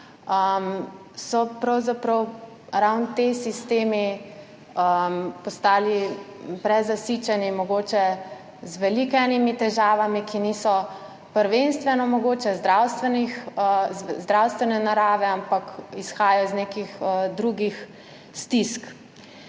Pravzaprav so ravno ti sistemi postali prenasičeni, mogoče z veliko težavami, ki mogoče niso prvenstveno zdravstvene narave, ampak izhajajo iz nekih drugih stisk.